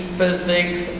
Physics